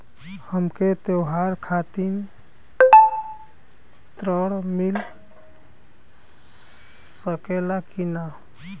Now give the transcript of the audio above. हमके त्योहार खातिर त्रण मिल सकला कि ना?